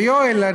ויואל,